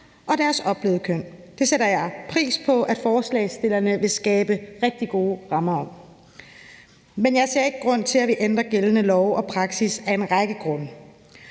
og deres oplevede køn. Det sætter jeg pris på at forslagsstillerne vil skabe rigtig gode rammer om. Men jeg ser ikke grund til, at vi ændrer gældende lov og praksis, af en række grunde.